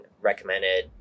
recommended